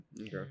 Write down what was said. Okay